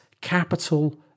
capital